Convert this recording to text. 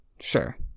sure